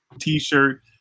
t-shirt